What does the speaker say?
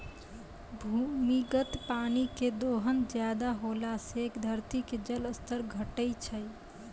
भूमिगत पानी के दोहन ज्यादा होला से धरती के जल स्तर घटै छै